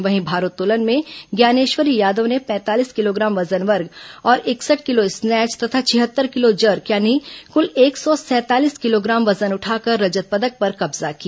वहीं भारोत्तोलन में ज्ञानेश्वरी यादव ने पैंतालीस किलोग्राम वजन वर्ग और इकसठ किलो स्नेच तथा छिहत्तर किलो जर्क यानी कुल एक सौ सैंतालीस किलोग्राम वजन उठाकर रजत पदक पर कब्जा किया